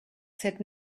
said